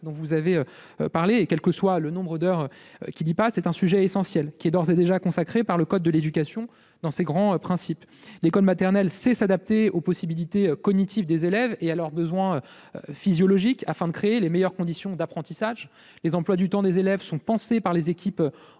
de l'enfant à l'école- quel que soit le nombre d'heures qu'il y passe -est un sujet essentiel, d'ores et déjà consacré par le code de l'éducation dans ses grands principes. L'école maternelle sait s'adapter aux possibilités cognitives des élèves et à leurs besoins physiologiques afin de créer les meilleures conditions d'apprentissage. Les emplois du temps des élèves sont pensés par les équipes